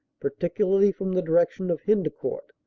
particularly from the direction of hendc court.